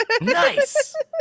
Nice